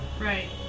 Right